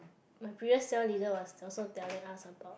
my previous cell leader was also telling us about